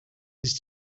his